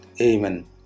Amen